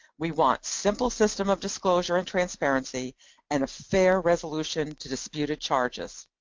we want simple system of disclosure and transparency and a fair resolution to disputed charges.